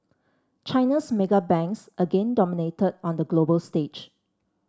China's mega banks again dominated on the global stage